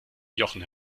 jochen